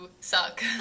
suck